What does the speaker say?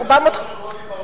פחות, של רוני בר-און.